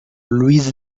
luis